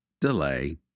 delay